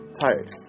tired